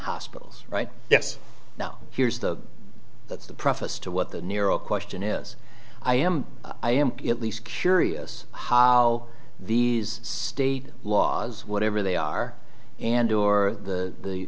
hospitals right yes now here's the that's the preface to what the neuro question is i am i am at least curious how these state laws whatever they are and or the